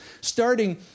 starting